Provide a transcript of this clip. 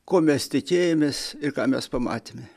ko mes tikėjomės ir ką mes pamatėme